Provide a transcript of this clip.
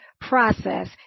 process